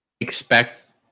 expect